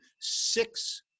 six